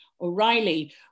O'Reilly